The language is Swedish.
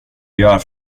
gör